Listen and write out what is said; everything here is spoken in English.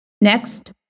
Next